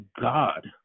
God